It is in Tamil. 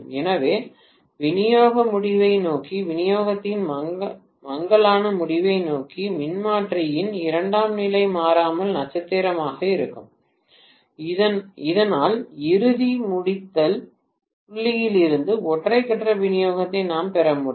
எனவே விநியோக முடிவை நோக்கி விநியோகத்தின் மங்கலான முடிவை நோக்கி மின்மாற்றியின் இரண்டாம் நிலை மாறாமல் நட்சத்திரமாக இருக்கும் இதனால் இறுதி முடித்தல் புள்ளியில் இருந்து ஒற்றை கட்ட விநியோகத்தை நாம் பெற முடியும்